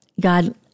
God